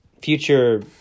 future